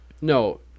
No